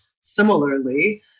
similarly